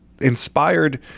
inspired